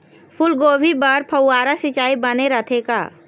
फूलगोभी बर फव्वारा सिचाई बने रथे का?